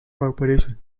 corporation